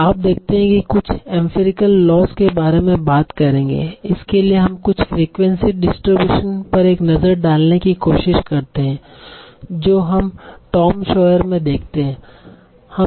आप देखते हैं कि हम कुछ एम्फिरिकल लॉज़ के बारे में बात करेंगे इसके लिए हम कुछ फ्रीक्वेंसी डिस्ट्रीब्यूशन पर एक नज़र डालने की कोशिश करते हैं जो हम टॉम सॉयर में देखते हैं